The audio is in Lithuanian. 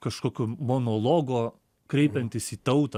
kažkokio monologo kreipiantis į tautą